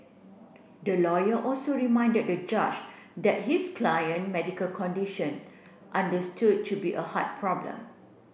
the lawyer also reminded the judge that his client medical condition understood to be a heart problem